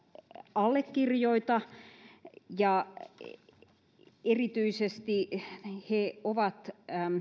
allekirjoita erityisesti he ovat